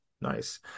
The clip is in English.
nice